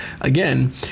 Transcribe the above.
again